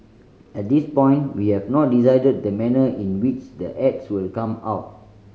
at this point we have not decided the manner in which the ads will come out